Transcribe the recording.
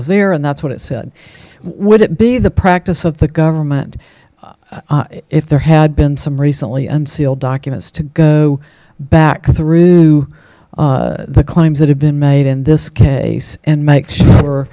was there and that's what it said would it be the practice of the government if there had been some recently and sealed documents to go back through the claims that have been made in this case and make sure